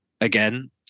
again